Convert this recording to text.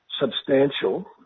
substantial